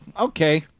okay